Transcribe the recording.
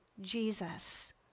Jesus